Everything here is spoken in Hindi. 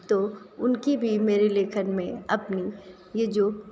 तो उनकी भी मेरे लेखन में अपनी ये जो